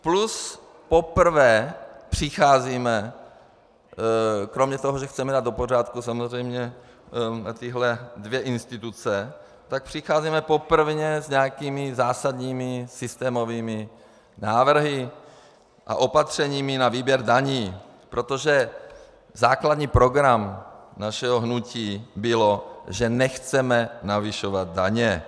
Plus poprvé přicházíme, kromě toho, že chceme dát do pořádku samozřejmě tyhle dvě instituce, přicházíme poprvé s nějakými zásadními systémovými návrhy a opatřeními na výběr daní, protože základní program našeho hnutí byl, že nechceme navyšovat daně.